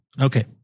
Okay